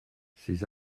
ces